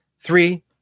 Three